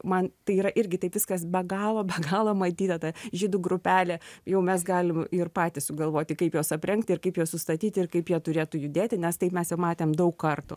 man tai yra irgi taip viskas be galo be galo matyta ta žydų grupelė jau mes galim ir patys sugalvoti kaip juos aprengti ir kaip juos sustatyti ir kaip jie turėtų judėti nes tai mes jau matėm daug kartų